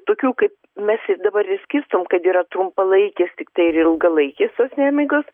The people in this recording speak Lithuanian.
tokių kaip mes ir dabar ir skirstom kad yra trumpalaikės tiktai ir ilgalaikės tos nemigos